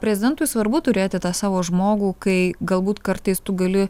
prezidentui svarbu turėti tą savo žmogų kai galbūt kartais tu gali